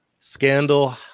Scandal